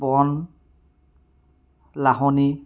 পঅন লাহনী